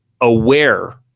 aware